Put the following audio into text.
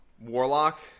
warlock